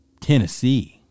tennessee